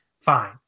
fine